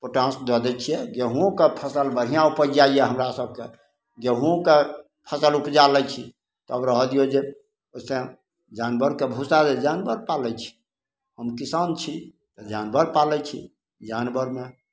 potash दऽ दै छिए गेहुँओके फसिल बढ़िआँ उपजि जाइए हमरासभकेँ गेहुँओके फसिल उपजा लै छी तब रहऽ दिऔ जे ओहिसे जानवरके भुस्सा जे जानवर पालै छी हम किसान छी जानवर पालै छी जानवरमे